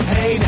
Hey